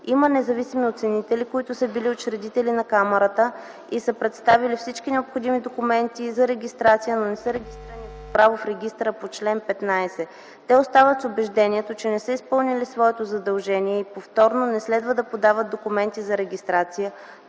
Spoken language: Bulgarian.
на независимите оценители в България и са представили всички необходими документи и за регистрация, но не са регистрирани по право в регистъра по чл.15. Те остават с убеждението, че са изпълнили своето задължение и повторно не следва да подават документи за регистрация,